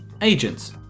Agents